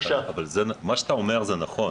מה שאתה אומר זה נכון,